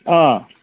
অঁ